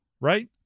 right